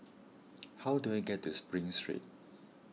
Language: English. how do I get to Spring Street